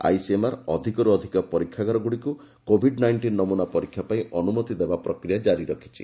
ICMR ଅଧିକର୍ ଅଧିକ ପରୀକ୍ଷାଗାରଗୁଡ଼ିକୁ କୋଭିଡ୍ ନାଇଷ୍ଟିନ୍ ନମୁନା ପରୀକ୍ଷା ପାଇଁ ଅନୁମତି ଦେବା ପ୍ରକ୍ରିୟା ଜାରି ରଖିଛି